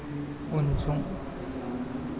उनसं